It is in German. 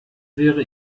wäre